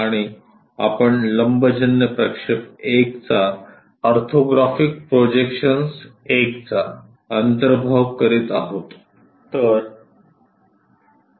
आणि आपण लंबजन्य प्रक्षेप I चा ऑर्थोग्राफिक प्रोजेक्शन्स I अंतर्भाव करीत आहोत